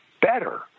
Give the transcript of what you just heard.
better